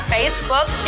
Facebook